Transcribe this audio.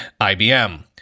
IBM